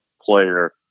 player